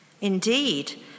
Indeed